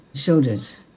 Shoulders